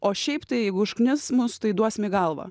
o šiaip tai jeigu užknis mus tai duosim į galvą